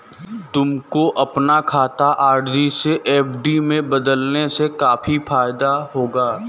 तुमको अपना खाता आर.डी से एफ.डी में बदलने से काफी फायदा होगा